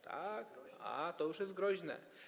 Tak, to już jest groźne.